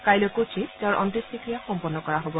কাইলৈ কোচিত তেওঁৰ অন্ত্যেষ্টিক্ৰিয়া সম্পন্ন কৰা হব